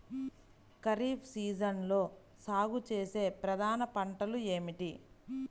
ఖరీఫ్ సీజన్లో సాగుచేసే ప్రధాన పంటలు ఏమిటీ?